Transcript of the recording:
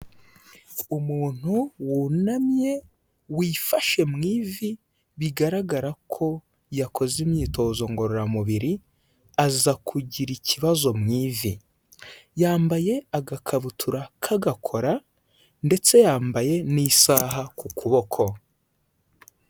Umuntu wunamye wifashe mu ivi bigaragara ko yakoze imyitozo ngororamubiri aza kugira ikibazo mu ivi, yambaye agakabutura kagakora ndetse yambaye n'isaha ku kuboko